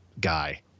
guy